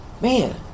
Man